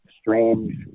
strange